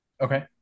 Okay